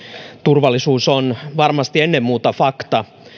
turvallisuus on varmasti ennen muuta fakta